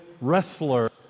wrestler